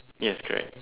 yes correct